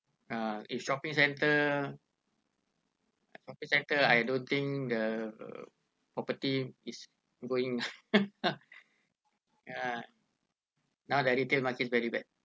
ah eh shopping centre shopping centre I don't think the property is going lah ah now the retail market very bad